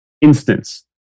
instance